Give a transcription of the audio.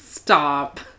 Stop